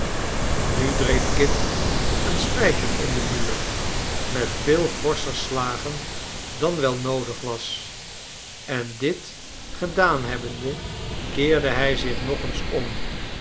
nu dreef kit een spijker in den muur met veel forscher slagen dan wel noodig was en dit gedaan hebbende keerde hij zich nog eens om